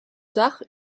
tard